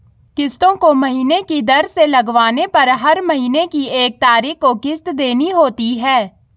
किस्तों को महीने की दर से लगवाने पर हर महीने की एक तारीख को किस्त देनी होती है